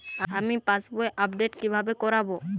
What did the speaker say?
আমি পাসবই আপডেট কিভাবে করাব?